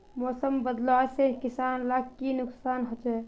मौसम बदलाव से किसान लाक की नुकसान होचे?